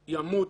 ימות,